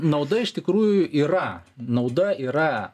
nauda iš tikrųjų yra nauda yra